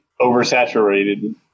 oversaturated